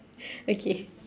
okay